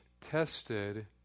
tested